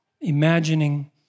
imagining